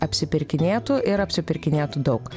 apsipirkinėtų ir apsipirkinėtų daug